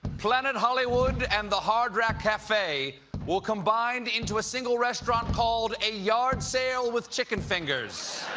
planet hollywood and the hard rock cafe will combine into a single restaurant called a yard sale with chicken fingers.